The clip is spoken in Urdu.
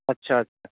اچھا اچھا